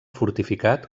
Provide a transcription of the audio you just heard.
fortificat